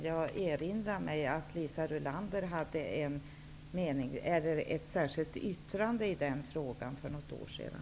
Jag erinrar mig att hon hade ett särskilt yttrande i den frågan för något år sedan.